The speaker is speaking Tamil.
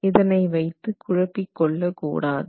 இதனை வைத்து குழப்பிக் கொள்ளக் கூடாது